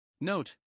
Note